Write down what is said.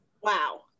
Wow